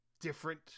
different